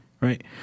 right